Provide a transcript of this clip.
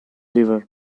liver